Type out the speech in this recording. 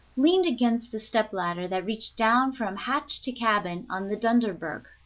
leaned against the step-ladder that reached down from hatch to cabin on the dunderberg,